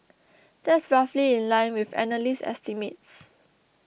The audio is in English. that's roughly in line with analyst estimates